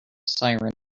siren